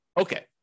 Okay